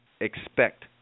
expect